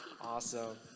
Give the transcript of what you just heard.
Awesome